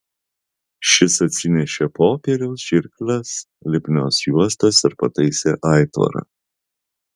šis atsinešė popieriaus žirkles lipnios juostos ir pataisė aitvarą